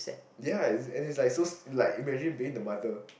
ya and it's like so like imagine being the mother